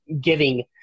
giving